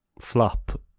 flop